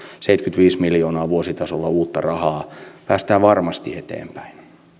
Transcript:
seitsemänkymmentäviisi miljoonaa vuositasolla tulee uutta rahaa päästään varmasti eteenpäin